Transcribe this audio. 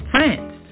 France